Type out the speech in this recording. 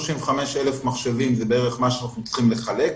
135,000 מחשבים זה בערך מה שאנחנו צריכים לחלק,